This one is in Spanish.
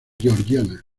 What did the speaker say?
georgiana